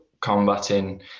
combating